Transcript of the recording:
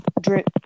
drip